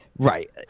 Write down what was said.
Right